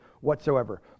whatsoever